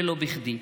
ולא בכדי.